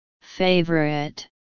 Favorite